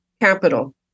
capital